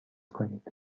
کنید